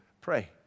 Pray